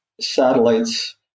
satellites